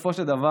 בסופו של דבר,